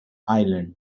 island